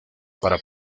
para